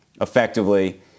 effectively